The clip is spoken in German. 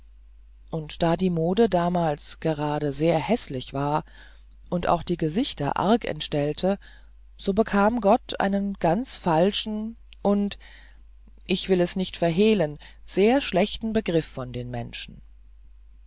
und da die mode damals gerade sehr häßlich war und auch die gesichter arg entstellte so bekam gott einen ganz falschen und ich will es nicht verhehlen sehr schlechten begriff von den menschen